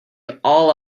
all